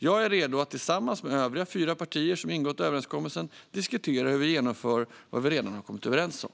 Jag är redo att tillsammans med övriga fyra partier som ingått överenskommelsen diskutera hur vi genomför vad vi redan har kommit överens om.